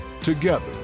together